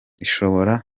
ishobora